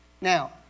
Now